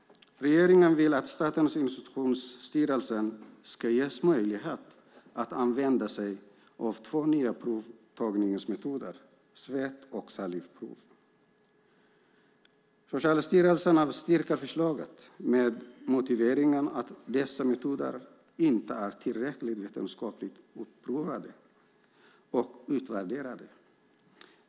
Regeringen vill att Statens institutionsstyrelse ska ges möjlighet att använda sig av två nya provtagningsmetoder, svett och salivprov. Socialstyrelsen avstyrker förslaget med motiveringen att dessa metoder inte är tillräckligt vetenskapligt utprovade och utvärderade.